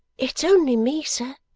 it's only me, sir